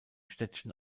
städtchen